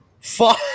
Fuck